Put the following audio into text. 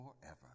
forever